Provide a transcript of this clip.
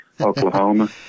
Oklahoma